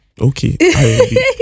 okay